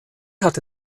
hatte